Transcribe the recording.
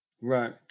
Right